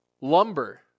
lumber